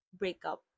breakup